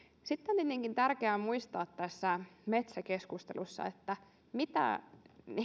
sitten tietenkin tärkeää on muistaa tässä metsäkeskustelussa mitä